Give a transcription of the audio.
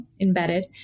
embedded